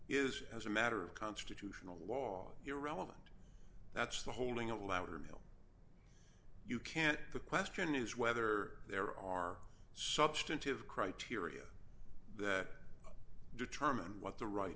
is as a matter of constitutional law irrelevant that's the holding allowed her mil you can't the question is whether there are substantive criteria that determine what the right